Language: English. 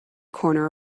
corner